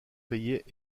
payaient